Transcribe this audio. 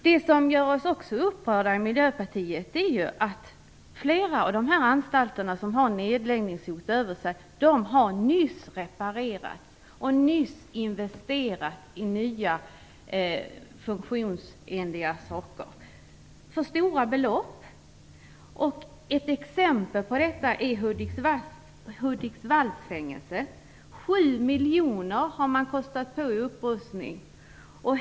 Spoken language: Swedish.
I Miljöpartiet är vi också upprörda över att flera av de anstalter som har ett nedläggningshot hängande över sig nyss har reparerats. Man har nyss investerat i nya funktionsenliga saker för stora belopp. Ett exempel på detta är Hudiksvallsfängelset. 7 miljoner har man kostat på i upprustningen.